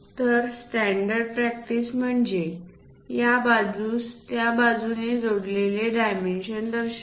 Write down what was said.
तर standard practice म्हणजे या बाजूस त्या बाजूने जोडलेले डायमेन्शन दर्शविणे